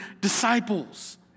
disciples